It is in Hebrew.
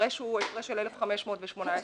ההפרש הוא הפרש של 1,518 שקל.